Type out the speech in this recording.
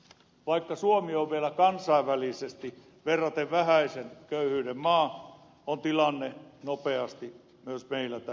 vaikka suomi on vielä kansainvälisesti verraten vähäisen köyhyyden maa on tilanne nopeasti myös meillä heikkenemässä